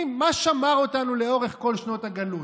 מה שמר אותנו לאורך כל שנות הגלות?